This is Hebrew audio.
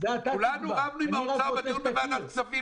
כולנו רבנו עם האוצר בדיון בוועדת הכספים.